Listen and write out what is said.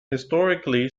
historically